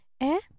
Eh